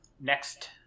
next